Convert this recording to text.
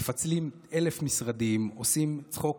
מפצלים אלף משרדים, עושים צחוק